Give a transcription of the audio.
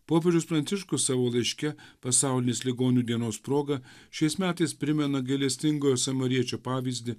popiežius pranciškus savo laiške pasaulinės ligonių dienos proga šiais metais primena gailestingojo samariečio pavyzdį